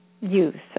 use